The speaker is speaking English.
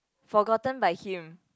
forgotten by him